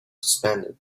suspended